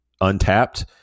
Untapped